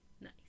nice